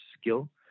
skill